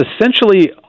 essentially